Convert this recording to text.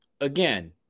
again